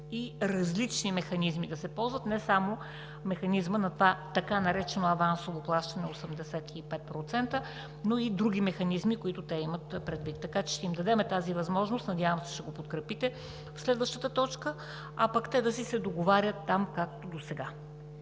и различни механизми да се ползват, не само механизмът на така нареченото авансово плащане 85%, но и други механизми, които те имат предвид. Така че ще им дадем тази възможност, надявам се, че ще го подкрепите в следващата точка, а пък те да си се договарят там, както досега.